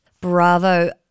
Bravo